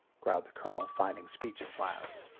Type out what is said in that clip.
growled the colonel, finding speech at last.